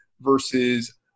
versus